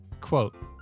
Quote